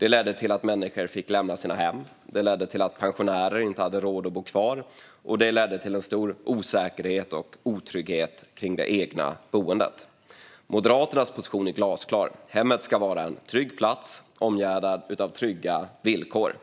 ledde till att människor fick lämna sina hem, den ledde till att pensionärer inte hade råd att bo kvar och den ledde till en stor osäkerhet och otrygghet kring det egna boendet. Moderaternas position är glasklar. Hemmet ska vara en trygg plats omgärdad av trygga villkor.